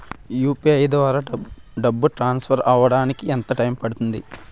UPI ద్వారా డబ్బు transfer అవ్వడానికి ఎంత టైం పడుతుంది?